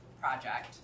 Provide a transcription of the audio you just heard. project